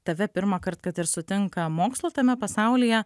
tave pirmąkart kad ir sutinka mokslo tame pasaulyje